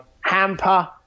hamper